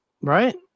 Right